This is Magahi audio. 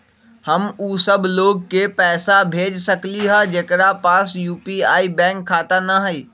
हम उ सब लोग के पैसा भेज सकली ह जेकरा पास यू.पी.आई बैंक खाता न हई?